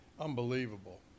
Unbelievable